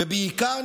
ובעיקר,